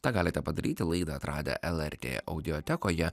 tą galite padaryti laidą atradę lrt audiotekoje